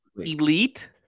elite